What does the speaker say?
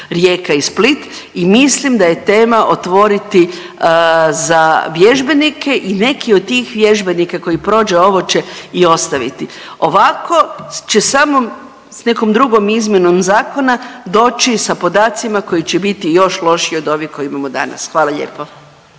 Rijeka i Split i mislim da je tema otvoriti za vježbenike i neki od tih vježbenika koji prođu ovo će i ostaviti. Ovako će samo s nekom drugom izmjenom zakona doći sa podacima koji će biti još lošiji od ovih koje imamo danas, hvala lijepo.